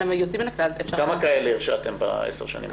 כמה כאלה הרשעתם ב-10 השנים האחרונות?